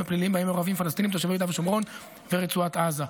הפליליים שבהם מעורבים פלסטינים תושבי יהודה והשומרון ורצועת עזה.